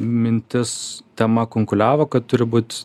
mintis tema kunkuliavo kad turi būt